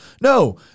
No